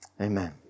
Amen